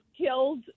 killed